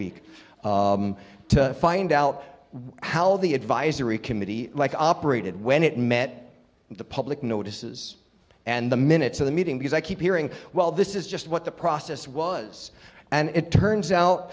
week to find out how the advisory committee operated when it met the public notices and the minutes of the meeting because i keep hearing well this is just what the process was and it turns out